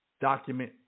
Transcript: document